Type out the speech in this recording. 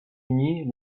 uni